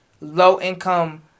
low-income